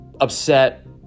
upset